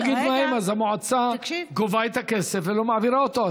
אם אין תאגיד מים אז המועצה גובה את הכסף ולא מעבירה אותו,